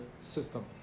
system